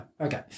Okay